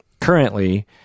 currently –